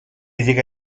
llega